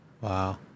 Wow